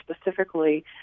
specifically